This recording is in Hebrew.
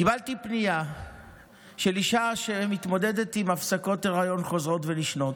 קיבלתי פנייה של אישה שמתמודדת עם הפסקות היריון חוזרות ונשנות,